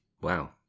Wow